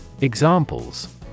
Examples